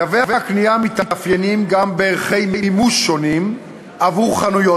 תווי הקנייה מתאפיינים גם בערכי מימוש שונים עבור חנויות